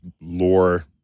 lore